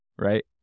right